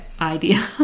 idea